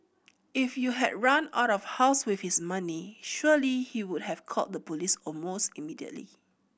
if you had run out of house with his money surely he would have called the police almost immediately